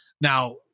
Now